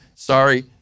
sorry